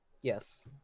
Yes